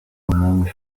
umwami